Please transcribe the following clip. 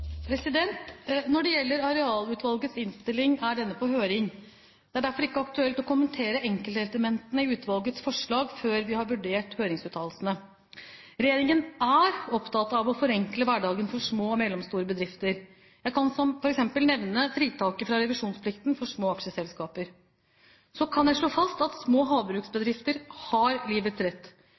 rett?» Når det gjelder Arealutvalgets innstilling, er denne på høring. Det er derfor ikke aktuelt å kommentere enkeltelementer i utvalgets forslag før vi har vurdert høringsuttalelsene. Regjeringen er opptatt av å forenkle hverdagen for små og mellomstore bedrifter. Jeg kan som eksempel nevne fritaket for revisjonsplikten for små aksjeselskap. Så kan jeg slå fast at små havbruksbedrifter har livets rett.